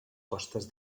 costes